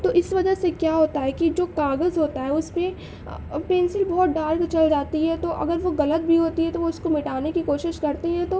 تو اس وجہ سے کیا ہوتا ہے کہ جو کاغذ ہوتا ہے اس پہ پینسل بہت ڈارک چل جاتی ہے تو اگر وہ غلط بھی ہوتی ہے تو وہ اس کو مٹانے کی کوشش کرتے ہیں تو